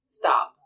stop